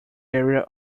area